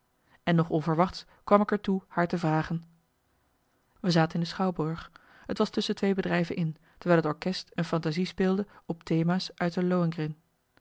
en nog onverwachts kwam ik er toe haar te vragen we zaten in de schouwburg t was tusschen twee bedrijven in terwijl het orkest een fantasie speelde op thema's uit de